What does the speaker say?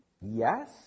Yes